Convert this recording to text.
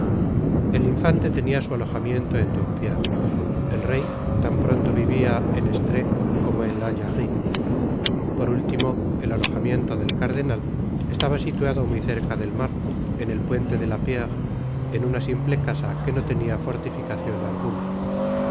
el infante tenia su alojamiento en dompierre el rey tan pronto vivia en estré como en la jarrie por último el alojamiento del cardenal estaba situado muy cerca del mar en el puente de la pierre en una simple ca a que no tenia fortificacion alguna